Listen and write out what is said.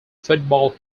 football